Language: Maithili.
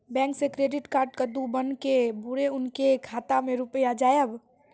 बैंक से क्रेडिट कद्दू बन के बुरे उनके खाता मे रुपिया जाएब?